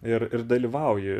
ir ir dalyvauji